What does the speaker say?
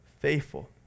faithful